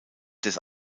des